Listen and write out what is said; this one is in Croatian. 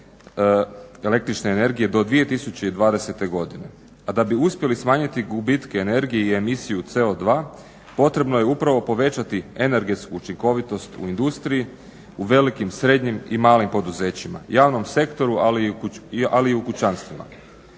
električne energije do 2020. godine. A da bi uspjeli smanjiti gubitke energije i emisiju CO2 potrebno je upravo povećati energetsku učinkovitost u industriji u velikim, srednjim i malim poduzećima, javnom sektoru ali i u kućanstvima.